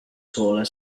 taller